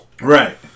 Right